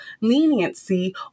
leniency